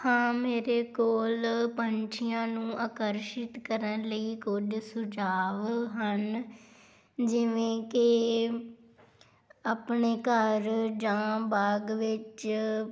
ਹਾਂ ਮੇਰੇ ਕੋਲ ਪੰਛੀਆਂ ਨੂੰ ਆਕਰਸ਼ਿਤ ਕਰਨ ਲਈ ਕੁਝ ਸੁਝਾਅ ਹਨ ਜਿਵੇਂ ਕਿ ਆਪਣੇ ਘਰ ਜਾਂ ਬਾਗ ਵਿੱਚ